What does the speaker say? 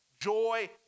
Joy